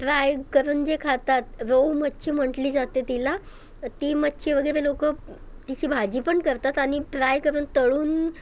fry करून जे खातात रोहू मच्छी म्हटली जाती तिला ती मच्छी वगैरे लोक तिची भाजी पण करतात आणि फ्राय करून तळून